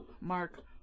Mark